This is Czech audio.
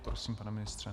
Prosím, pane ministře.